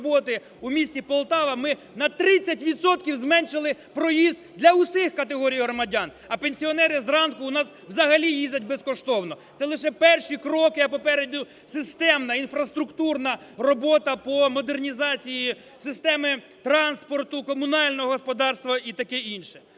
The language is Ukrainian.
у місті Полтава ми на 30 відсотків зменшили проїзд для всіх категорій громадян, а пенсіонери зранку у нас взагалі їздять безкоштовно. Це лише перші кроки, а попереду системна інфраструктурна робота по модернізації системи транспорту, комунального господарства і таке інше.